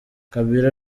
kabila